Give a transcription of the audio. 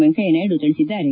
ವೆಂಕಯ್ಯನಾಯ್ದು ತಿಳಿಸಿದ್ದಾರೆ